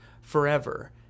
forever